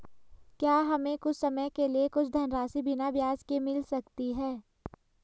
क्या हमें कुछ समय के लिए कुछ धनराशि बिना ब्याज के मिल सकती है?